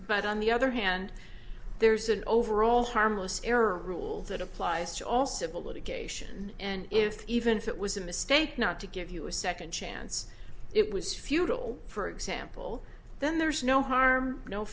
but on the other hand there's an overall harmless error rule that applies to all civil litigation and if even if it was a mistake not to give you a second chance it was futile for example then there's no harm no